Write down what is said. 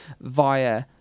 via